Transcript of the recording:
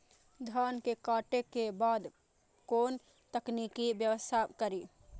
धान के काटे के बाद कोन तकनीकी व्यवस्था करी?